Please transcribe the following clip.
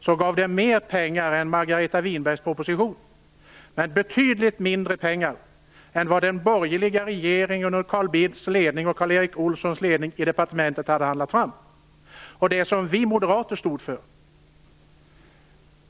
Den gav mer pengar än Margareta Winbergs proposition, men betydligt mindre pengar än vad den borgerliga regeringen under Carl Bildts och Karl Erik Olssons ledning förhandlade fram i departementet.